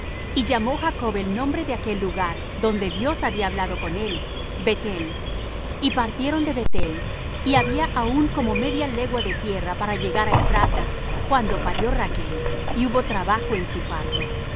y llamó jacob el nombre de aquel lugar donde dios había hablado con él beth-el y partieron de beth-el y había aún como media legua de tierra para llegar á ephrata cuando parió rachl y hubo trabajo en su parto